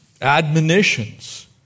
admonitions